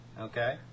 Okay